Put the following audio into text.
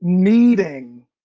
needing.